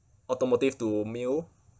automotive to meal